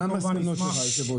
היושב ראש,